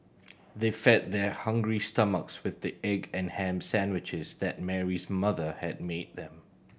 they fed their hungry stomachs with the egg and ham sandwiches that Mary's mother had made them